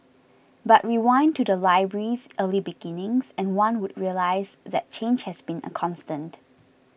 but rewind to the library's early beginnings and one would realise that change has been a constant